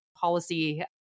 policy